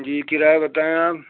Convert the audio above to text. جی کرایہ بتائیں آپ